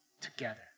together